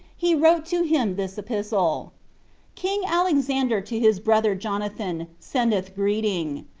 he wrote to him this epistle king alexander to his brother jonathan, sendeth greeting.